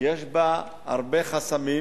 יש בה הרבה חסמים